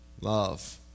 love